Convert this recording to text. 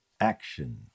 Action